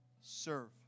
serve